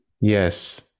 Yes